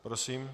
Prosím.